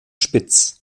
spitz